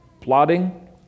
Plotting